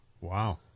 Wow